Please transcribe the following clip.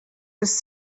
was